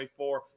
24